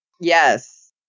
Yes